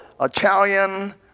Italian